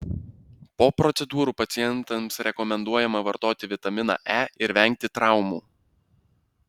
po procedūrų pacientams rekomenduojama vartoti vitaminą e ir vengti traumų